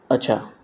अच्छा